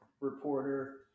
reporter